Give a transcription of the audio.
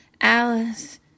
alice